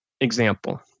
example